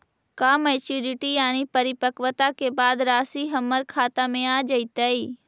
का मैच्यूरिटी यानी परिपक्वता के बाद रासि हमर खाता में आ जइतई?